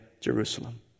Jerusalem